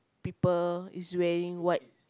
people is wearing white